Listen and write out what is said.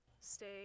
stay